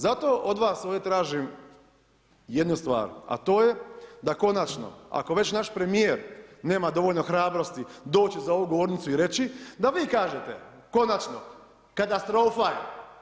Zato od vas ovdje tražim jednu stvar, a to je da konačno, ako već naš premijer nema dovoljno hrabrosti doći za ovu govornicu i reći, da vi kažete konačno, katastrofa je.